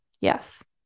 Yes